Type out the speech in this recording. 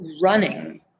running